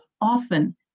often